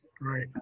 Right